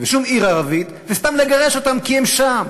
ושום עיר ערבית, וסתם לגרש אותם כי הם שם,